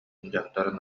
дьахтар